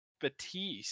Batiste